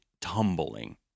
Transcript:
tumbling